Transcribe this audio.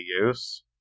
use